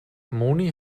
moni